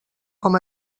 com